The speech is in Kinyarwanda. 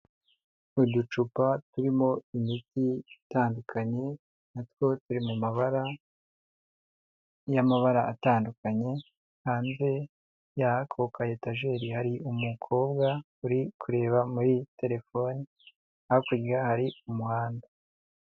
Uducupa turimo imiti itandukanye natwo turi mu mabara y'amabara atandukanye hanze yako ka etajeri hari umukobwa uri kureba muri telefone hakurya hari umuhanda.